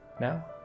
now